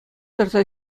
тӑрса